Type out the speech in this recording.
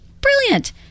Brilliant